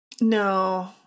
no